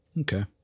Okay